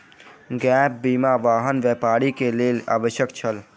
gap बीमा, वाहन व्यापारी के लेल आवश्यक छल